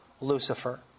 Lucifer